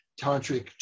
tantric